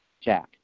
Jack